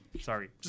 Sorry